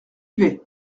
vais